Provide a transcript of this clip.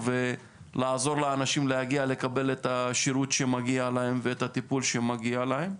ולעזור לאנשים להגיע לקבל את השירות שמגיע להם ואת הטיפול שמגיע להם.